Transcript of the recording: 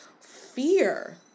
fear